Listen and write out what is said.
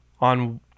on